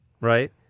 Right